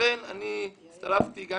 לכן הצטרפתי גם